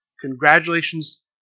Congratulations